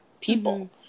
people